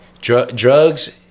drugs